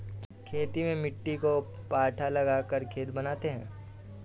खेती में मिट्टी को पाथा लगाकर खेत को बनाते हैं?